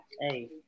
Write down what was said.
Hey